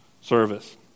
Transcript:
service